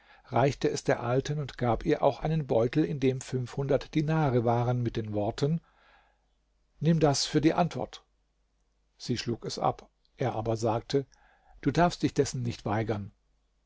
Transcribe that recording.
reichte es der alten und gab ihr auch einen beutel in dem fünfhundert dinare waren mit den worten nimm das für die antwort sie schlug es ab er aber sagte du darfst dich dessen nicht weigern